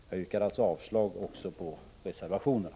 Jag yrkar avslag på reservationerna.